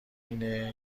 اینه